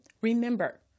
remember